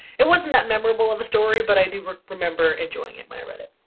it wasn't that memorable of a story but i do remember enjoying it when i read it.